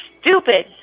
stupid